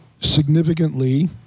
significantly